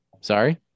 sorry